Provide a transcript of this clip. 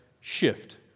shift